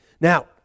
Now